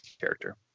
character